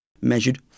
measured